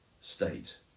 state